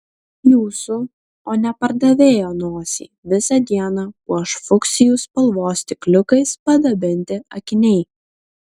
jūsų o ne pardavėjo nosį visą dieną puoš fuksijų spalvos stikliukais padabinti akiniai